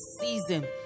season